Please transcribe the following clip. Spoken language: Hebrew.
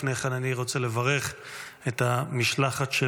לפני כן אני רוצה לברך את המשלחת של